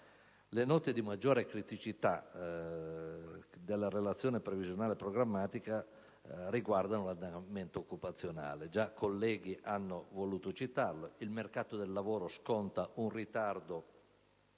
Le note di maggiore criticità della Relazione previsionale e programmatica riguardano l'andamento occupazionale. Già altri colleghi hanno voluto citarlo: il mercato del lavoro sconta un ritardo